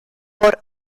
por